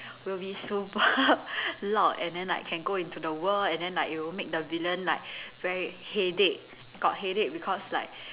will be super loud and then like can go into the world and then like it will make the villain like very headache got headache because like